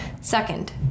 Second